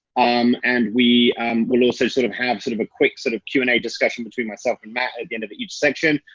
um and um we'll also sort of have sort of a quick sort of q and a discussion between myself and matt at the end of each section.